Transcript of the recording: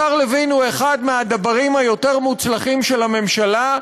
השר לוין הוא אחד מהדברים היותר מוצלחים של הממשלה,